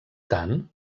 tant